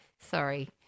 Sorry